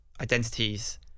identities